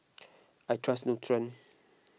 I trust Nutren